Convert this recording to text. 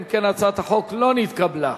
אם כן, הצעת החוק לא נתקבלה.